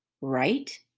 right